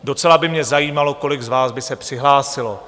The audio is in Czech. Docela by mě zajímalo, kolik z vás by se přihlásilo.